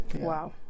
Wow